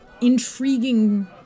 intriguing